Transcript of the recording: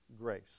grace